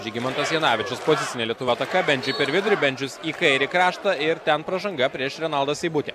žygimantas janavičius pozicinė lietuva ataka bent jau per vidurį bendžius į kairį kraštą ir ten pražanga prieš renaldą seibutį